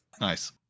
Nice